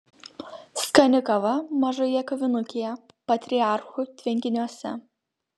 skani kava mažoje kavinukėje patriarchų tvenkiniuose